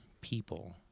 people